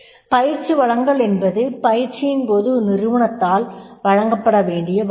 பயிற்சி வளங்கள் என்பது பயிற்சியின் போது ஒரு நிறுவனத்தால் வழங்கப்பட வேண்டிய வளங்கள்